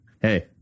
Hey